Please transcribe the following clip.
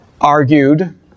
argued